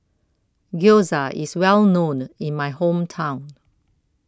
Gyoza IS Well known in My Hometown